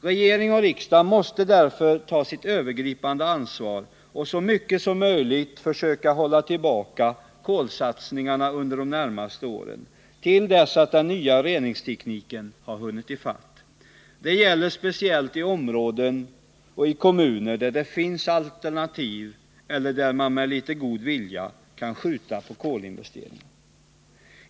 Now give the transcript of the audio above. Regering och riksdag måste därför ta sitt övergripande ansvar och i så stor utsträckning som möjligt försöka hålla tillbaka satsningarna på kol under de närmaste åren till dess att den nya reningstekniken har hunnit i fatt utvecklingen. Det gäller speciellt i områden och kommuner, där det finns alternativ eller där man med litet god vilja kan skjuta på kolinvesteringarna.